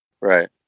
right